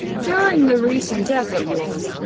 during the recent desert wars,